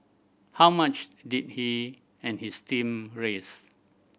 how much did he and his team raise